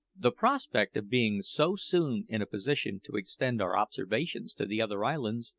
the prospect of being so soon in a position to extend our observations to the other islands,